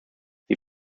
sie